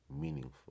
meaningful